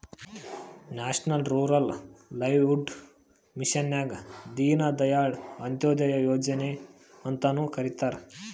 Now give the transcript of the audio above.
national Rural Livelihood ಮಿಷನ್ಗ ದೀನ್ ದಯಾಳ್ ಅಂತ್ಯೋದಯ ಯೋಜನೆ ಅಂತ್ನು ಕರಿತಾರ